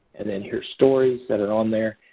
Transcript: and then your stories that are on there,